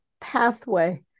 pathway